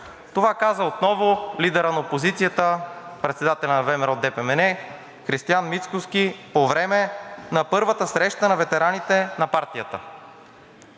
Това каза отново лидерът на опозицията – председателят на ВМРО-ДПМНЕ Християн Мицкоски, по време на първата среща на ветераните на партията.